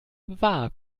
war